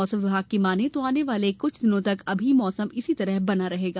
मौसम विभाग की माने तो आने वाले कुछ दिनों तक अभी मौसम इसी तरह का बना रहेगा